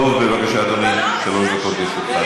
דב, בבקשה, אדוני, שלוש דקות לרשותך.